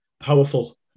Powerful